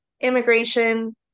immigration